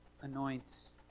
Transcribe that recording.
anoints